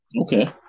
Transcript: Okay